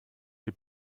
die